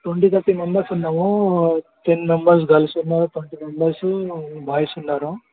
twenty thirty members ఉన్నాము ten members girls ఉన్నారు twenty members boys ఉన్నారు